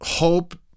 Hope